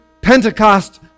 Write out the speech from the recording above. Pentecost